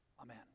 amen